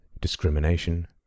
discrimination